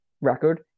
record